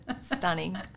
Stunning